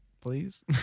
Please